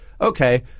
okay